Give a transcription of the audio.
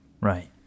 Right